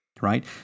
right